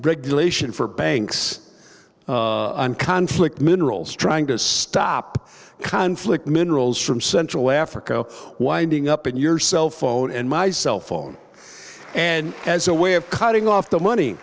regulation for banks on conflict minerals trying to stop conflict minerals from central africa winding up in your cell phone and my cell phone and as a way of cutting off the money